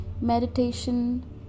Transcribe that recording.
meditation